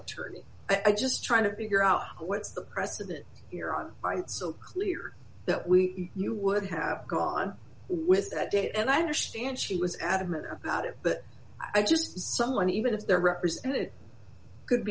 attorney i just trying to figure out what's the precedent here on so clear that we you would have gone with that date and i understand she was adamant about it but i just someone even if they're represented could